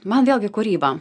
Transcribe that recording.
man vėlgi kūryba